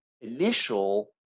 initial